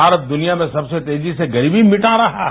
भारत द्निया में सबसे तेजी से गरीबी मिटा रहा है